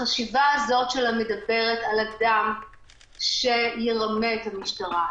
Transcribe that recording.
החשיבה הזאת שמדברת על אדם שירמה את המשטרה,